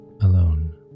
alone